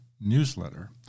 newsletter